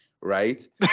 right